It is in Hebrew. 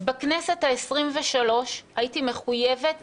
בכנסת העשרים-ושלוש הייתי מחויבת